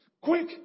quick